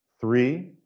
three